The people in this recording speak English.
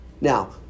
Now